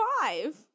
five